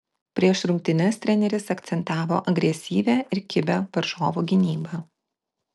prieš rungtynes treneris akcentavo agresyvią ir kibią varžovų gynybą